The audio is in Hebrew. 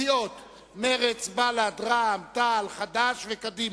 סיעות מרצ, בל"ד, רע"ם-תע"ל, חד"ש וקדימה.